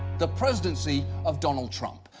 the presidency of donald trump.